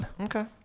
okay